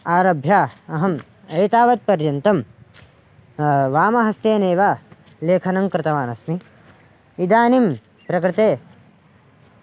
आरभ्य अहम् एतावत् पर्यन्तं वामहस्तेनैव लेखनं कृतवानस्मि इदानीं प्रकृते